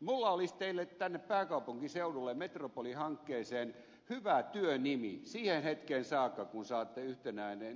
minulla olisi teille tänne pääkaupunkiseudulle metropolihankkeeseen hyvä työnimi siihen hetkeen saakka kun saatte